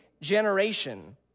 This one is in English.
generation